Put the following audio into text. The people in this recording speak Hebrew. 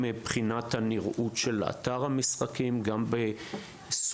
מבחינת הנראות של אתר המשחקים ומבחינת